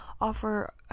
offer